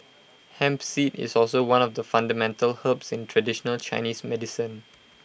hemp seed is also one of the fundamental herbs in traditional Chinese medicine